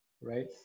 right